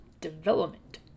development